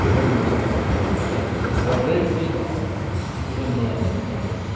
त्यो पनि मलाई तपाईँले बताइदिनुहोस् र रेट के पर्छ त्यो पनि मलाई भनिदिनुहोस्